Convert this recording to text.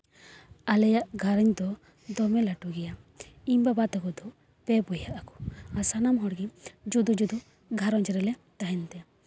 ᱟᱞᱮᱭᱟᱜ ᱜᱷᱟᱨᱚᱸᱡᱽ ᱫᱚ ᱫᱚᱢᱮ ᱞᱟᱹᱴᱩ ᱜᱮᱭᱟ ᱤᱧ ᱵᱟᱵᱟ ᱛᱟᱠᱚ ᱫᱚ ᱯᱮ ᱵᱚᱭᱦᱟᱜ ᱟᱠᱚ ᱟᱨ ᱥᱟᱱᱟᱢ ᱦᱚᱲ ᱜᱮ ᱡᱩᱫᱟᱹ ᱡᱩᱫᱟᱹ ᱜᱷᱟᱨᱚᱸᱡᱽ ᱨᱮᱞᱮ ᱛᱟᱦᱮᱱ ᱛᱮ